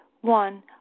One